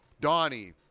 Donnie